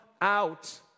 out